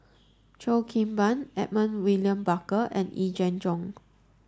Cheo Kim Ban Edmund William Barker and Yee Jenn Jong